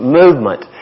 movement